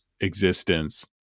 existence